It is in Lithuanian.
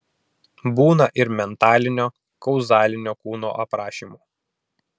būna ir mentalinio kauzalinio kūnų aprašymų